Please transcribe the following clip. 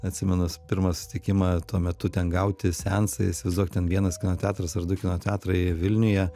atsimenu pirmą susitikimą tuo metu ten gauti seansai įsivaizduok ten vienas kino teatras ar du kino teatrai vilniuje